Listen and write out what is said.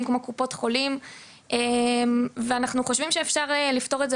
כמו קופות חולים ואנחנו חושבים שאפשר לפתור את זה